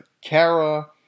Kara